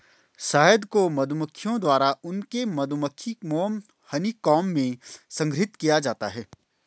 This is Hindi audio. शहद को मधुमक्खियों द्वारा उनके मधुमक्खी मोम हनीकॉम्ब में संग्रहीत किया जाता है